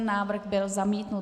Návrh byl zamítnut.